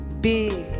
big